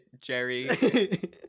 Jerry